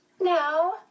Now